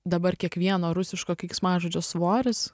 dabar kiekvieno rusiško keiksmažodžio svoris